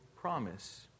promise